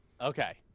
Okay